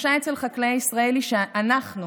התחושה אצל חקלאי ישראל היא שאנחנו,